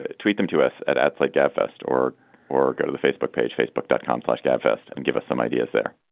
ah tweet them to us at ats like yeah dfw or or go to the facebook page. facebook dot com fleshed out first and give us some ideas there.